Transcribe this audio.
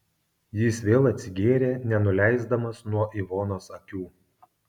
jis vėl atsigėrė nenuleisdamas nuo ivonos akių